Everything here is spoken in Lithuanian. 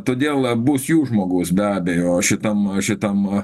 todėl bus jų žmogus be abejo šitam šitam